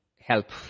help